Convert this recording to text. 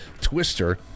Twister